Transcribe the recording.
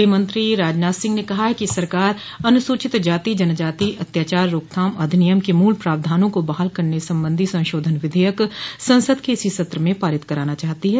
गूहमंत्री राजनाथ सिंह ने कहा है कि सरकार अनुसूचित जाति जनजाति अत्या चार रोकथाम अधिनियम के मूल प्रावधानों को बहाल करने संबंधी संशोधन विधेयक संसद के इसी सत्र में पारित कराना चाहती है